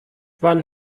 wann